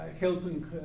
helping